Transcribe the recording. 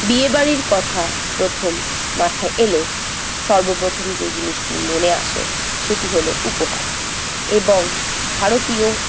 বিয়েবাড়ির কথা প্রথম মাথায় এলে সর্বপ্রথম যে জিনিসটি মনে আসে সেটি হল উপহার এবং ভারতীয়